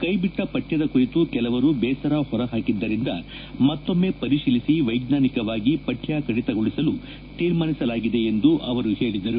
ಕೈ ಬಿಟ್ಟ ಪಠ್ಯದ ಕುರಿತು ಕೆಲವರು ದೇಸರ ಹೊರ ಹಾಕಿದ್ದರಿಂದ ಮತ್ತೊಮ್ನೆ ಪರಿಶೀಲಿಸಿ ವೈಜ್ಞಾನಿಕವಾಗಿ ಪತ್ತ ಕಡಿತಗೊಳಿಸಲು ತೀರ್ಮಾನಿಸಲಾಗಿದೆ ಎಂದು ಹೇಳಿದರು